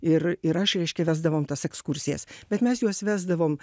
ir ir aš reiškia vesdavom tas ekskursijas bet mes juos vesdavom